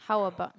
how about